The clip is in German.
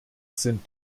sind